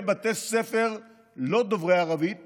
בתי ספר ללא דוברי ערבית